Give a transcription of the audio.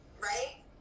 right